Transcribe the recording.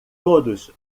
todos